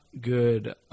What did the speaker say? good